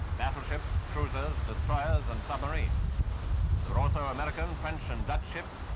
battleships, cruisers, destroyers, and submarines. there are also american, french, and dutch ships.